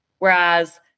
Whereas